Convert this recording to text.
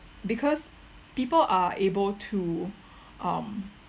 because people are able to um